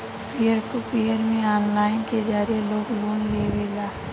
पियर to peer में online के जरिए लोग लोन लेवेला